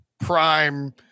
prime